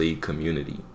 community